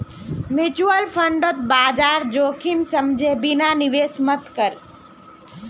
mutual फंडत बाजार जोखिम समझे बिना निवेश मत कर